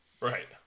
Right